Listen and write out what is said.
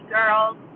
Girls